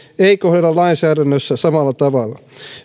ei kohdella lainsäädännössä samalla tavalla